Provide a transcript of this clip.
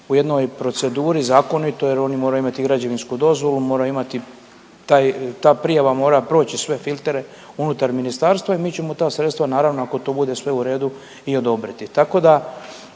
u jednoj proceduri zakonitoj jer oni moraju imati i građevinsku dozvolu, moraju imati taj, ta prijava mora proći sve filtere unutar ministarstva i mi ćemo ta sredstva naravno ako to bude sve u redu i odobriti. Tako da